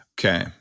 Okay